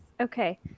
okay